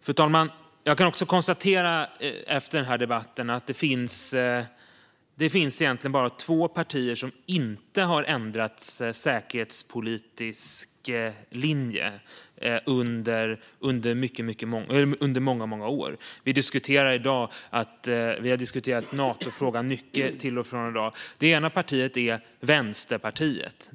Fru talman! Jag kan efter debatten också konstatera att det egentligen bara finns två partier som under många år inte har ändrat säkerhetspolitisk linje. Vi har till och från diskuterat Natofrågan mycket i dag. Det ena partiet är Vänsterpartiet.